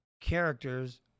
characters